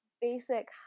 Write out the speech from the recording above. basic